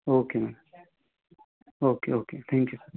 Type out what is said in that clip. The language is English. okay ma'am okay okay thank you